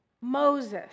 Moses